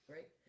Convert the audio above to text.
Right